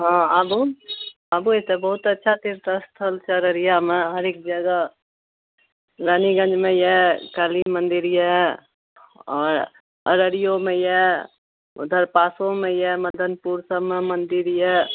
हँ आबू आबु एतऽ बहुत अच्छा तीर्थ स्थल छै अररियामे हरेक जगह रानीगञ्जमे अछि काली मन्दिर अछि आ अररियोमे अछि उधर पासोमे अछि मदनपुर सबमे मन्दिर अछि